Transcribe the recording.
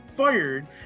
fired